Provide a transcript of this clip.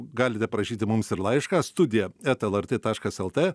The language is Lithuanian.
galite parašyti mums ir laišką studija eta lrt taškas lt